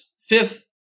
fifth